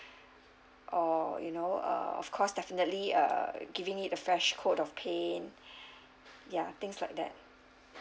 or you know uh of course definitely uh giving it a fresh coat of paint ya things like that